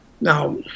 Now